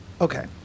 Okay